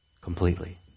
completely